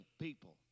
people